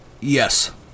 Yes